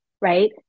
right